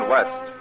West